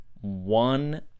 one